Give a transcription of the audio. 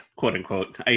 quote-unquote